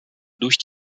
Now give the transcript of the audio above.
durch